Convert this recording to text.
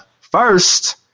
first